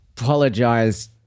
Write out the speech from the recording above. apologize